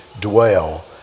dwell